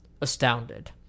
astounded